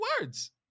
words